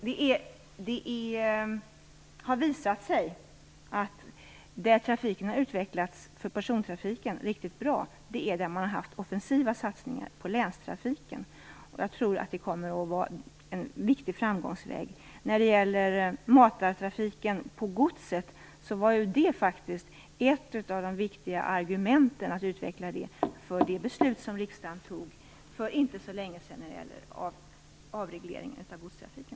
Det har visat sig att persontrafiken har utvecklats riktigt bra där man har offensiva satsningar på länstrafiken. Jag tror att det kommer att vara en viktig framgångsväg. Matartrafiken för godset var ju faktiskt ett av de viktiga argumenten för det beslut som riksdagen fattade för inte så länge sedan när det gäller avregleringen av godstrafiken.